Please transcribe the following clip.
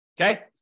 Okay